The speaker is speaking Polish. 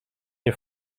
nie